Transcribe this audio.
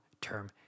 term